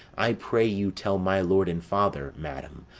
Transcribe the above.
i pray you tell my lord and father, madam,